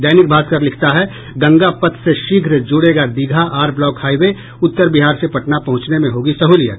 दैनिक भास्कर का शीर्षक है गंगा पथ से शीघ्र जुड़ेगा दीघा आर ब्लॉक हाईवे उत्तर बिहार से पटना पहुंचने में होगी सहूलियत